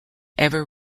ever